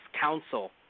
council